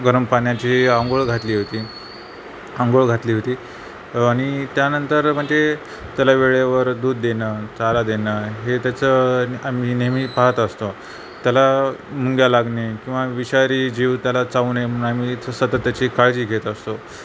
गरम पाण्याची अंघोळ घातली होती अंघोळ घातली होती आणि त्यानंतर म्हणजे त्याला वेळेवर दूध देणं चारा देणं हे त्याचं आम्ही नेहमी पाहत असतो त्याला मुंग्या लागणे किंवा विषारी जीव त्याला चावणे म्ह आम्ही सततची काळजी घेत असतो